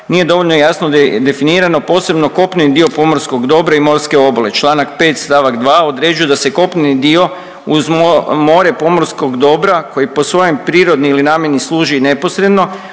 nije dovoljno jasno definirano posebno kopneni dio pomorskog dobra i morske obale. Članak 5. stavak 2. određuje da se kopneni dio uz more pomorskog dobra koji po svojoj prirodi ili namjeni služi neposredno,